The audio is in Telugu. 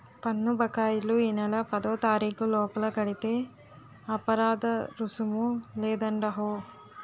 పన్ను బకాయిలు ఈ నెల పదోతారీకు లోపల కడితే అపరాదరుసుము లేదండహో